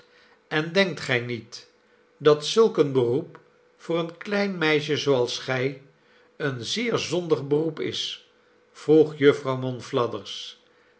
en denkt gij niet dat zulk een beroep voor een klein meisje zooals gij een zeer zondig beroep is vroeg jufvrouw